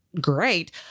great